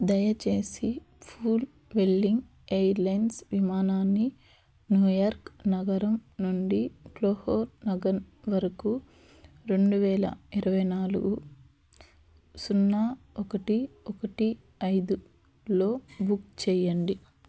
దయచేసి ఫూల్ వెల్లింగ్ ఎయిర్ల్ౖన్స్ విమానాన్ని న్యూయార్క్ నగరం నుండి క్లోహో నగరం వరకూ రెండువేల ఇరవై నాలుగు సున్నా ఒకటి ఒకటి ఐదులో బుక్ చేయండి